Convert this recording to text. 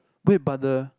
wait but the